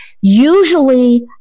Usually